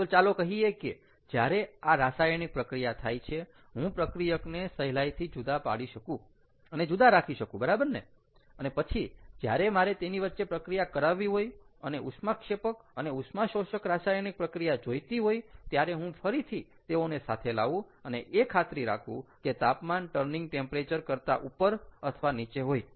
તો ચાલો કહીએ કે જ્યારે આ રાસાયણિક પ્રક્રિયા થાય છે હું પ્રક્રિયકને સહેલાઈથી જુદા પાડી શકું અને જુદા રાખી શકું બરાબરને અને પછી જ્યારે મારે તેની વચ્ચે પ્રક્રિયા કરાવવી હોય અને ઉષ્માક્ષેપક અને ઉષ્માશોષક રાસાયણિક પ્રક્રિયા જોઈતી હોય ત્યારે હું ફરીથી તેઓને સાથે લાવું અને એ ખાતરી રાખુ કે તાપમાન ટર્નિંગ ટેમ્પરેચર કરતા ઉપર અથવા નીચે હોય